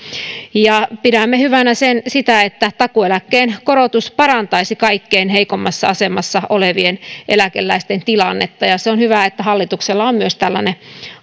pidämme hyvänä sitä että takuueläkkeen korotus parantaisi kaikkein heikoimmassa asemassa olevien eläkeläisten tilannetta se on hyvä että hallituksella on myös tällainen